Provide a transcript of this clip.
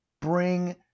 bring